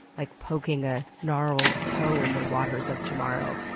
like poking a gnarled toe in the waters of tomorrow.